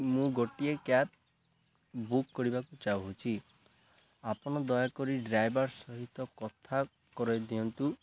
ମୁଁ ଗୋଟିଏ cab book କରିବାକୁ ଚାହୁଁଛି ଆପଣ ଦୟାକରି ଡ୍ରାଇଭର ସହିତ କଥା କରେଇ ଦିଅନ୍ତୁ